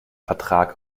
vertrag